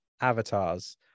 avatars